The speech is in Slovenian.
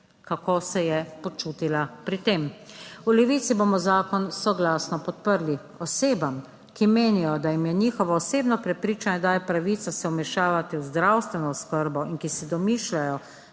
kako se je počutila pri tem? V Levici bomo zakon soglasno podprli. Osebam, ki menijo, da jim je njihovo osebno prepričanje, da je pravica se vmešavati v zdravstveno oskrbo in ki si domišljajo,